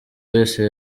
wese